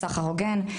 סחר הוגן,